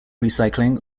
recycling